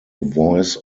voice